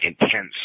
intense